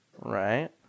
right